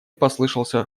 послышался